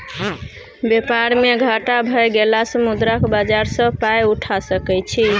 बेपार मे घाटा भए गेलासँ मुद्रा बाजार सँ पाय उठा सकय छी